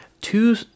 two